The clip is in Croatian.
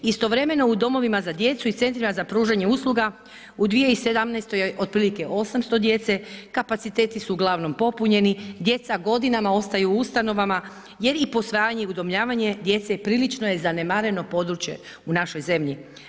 Istovremeno, u domovima za djecu i centrima za pružanje usluga u 2017. je otprilike 800 djece, kapaciteti su uglavnom popunjeni, djeca godinama ostaju u ustanovama jer i posvajanje i udomljavanje djece prilično je zanemareno područje u našoj zemlji.